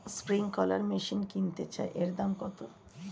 Sprinkler machine কিনতে চাই এর দাম কত?